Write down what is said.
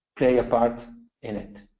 play a part in it.